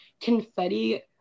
confetti